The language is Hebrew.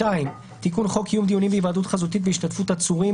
"תיקון חוק קיום דיונים בהיוועדות חזותית בהשתתפות עצורים,